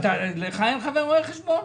לך אין חבר רואה חשבון?